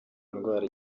ndwara